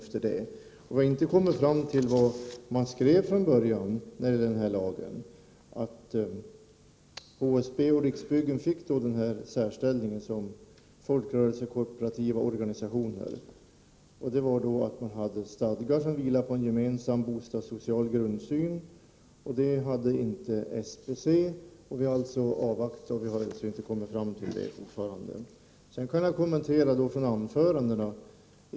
Utskottet har inte kommit fram till det som skrevs från början när det gäller denna lag. HSB och Riksbyggen fick en särställning som folkrörelsekooperativa organisationer. Det innebär att organisationerna hade stadgar som vilade på en gemensam bostadssocial grundsyn. Det hade inte SBC. Utskottet har avvaktat och kommit fram till att det är så fortfarande. Jag vill även kommentera anförandena.